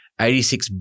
$86